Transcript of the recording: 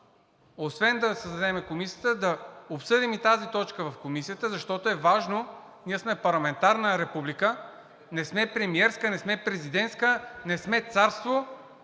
освен да създадем комисията, да обсъдим и тази точка в комисията, защото е важно, ние сме парламентарна република, не сме премиерска, не сме президентска, не сме царство